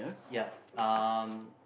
ya um